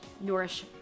Nourish